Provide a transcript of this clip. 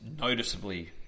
noticeably